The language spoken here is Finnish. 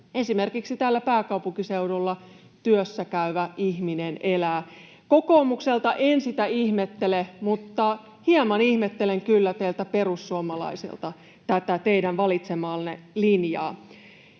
esimerkiksi täällä pääkaupunkiseudulla työssäkäyvä ihminen elää. Kokoomukselta en sitä ihmettele, mutta hieman ihmettelen kyllä teiltä perussuomalaisilta tätä teidän valitsemaanne linjaa.